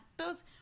actors